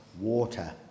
water